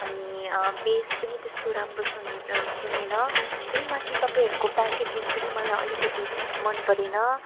अनि बेस पनि त्यस्तो राम्रो सुन् सुनेन त्यहीमाथि तपाईँहरूको प्याकेजिङ पनि मलाई अलिकति मन परेन